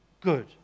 good